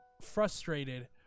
Frustrated